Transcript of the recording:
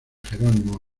jerónimo